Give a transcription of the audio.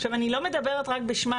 עכשיו אני לא מדברת רק בשמן,